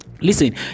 Listen